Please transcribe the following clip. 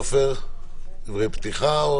עופר, דברי פתיחה?